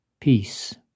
Peace